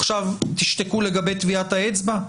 עכשיו תשתקו לגבי טביעת האצבע?